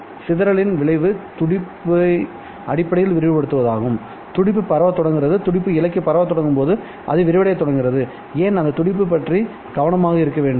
சிதறலின் விளைவு துடிப்பை அடிப்படையில் விரிவுபடுத்துவதாகும் துடிப்பு பரவத் தொடங்குகிறது துடிப்பு இழைக்கு பரவத் தொடங்கும் போது அது விரிவடையத் தொடங்குகிறது ஏன் அந்த துடிப்பு பற்றி கவனமாக இருக்க வேண்டுமா